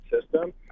system